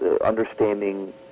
understanding